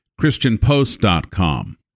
christianpost.com